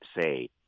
say